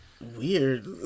Weird